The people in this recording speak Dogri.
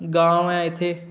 गांव ऐ इत्थें